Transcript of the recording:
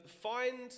find